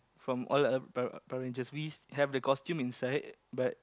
from all other Power Power-Rangers we have the costumes inside but